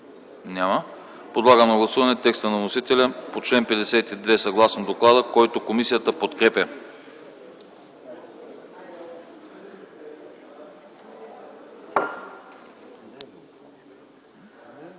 Няма. Подлагам на гласуване текста на вносителя за чл. 52, съгласно доклада, който комисията подкрепя.